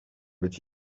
być